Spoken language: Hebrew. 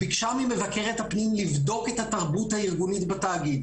המועצה ביקשה ממבקרת הפנים לבדוק את התרבות הארגונית בתאגיד.